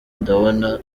ndabona